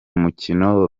mukino